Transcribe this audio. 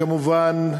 כמובן,